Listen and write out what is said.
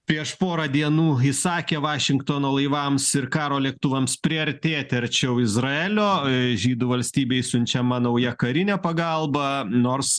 prieš porą dienų įsakė vašingtono laivams ir karo lėktuvams priartėti arčiau izraelio žydų valstybei siunčiama nauja karinė pagalba nors